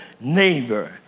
neighbor